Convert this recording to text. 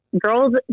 girls